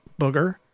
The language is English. booger